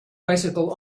bicycle